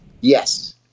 Yes